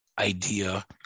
idea